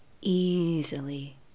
easily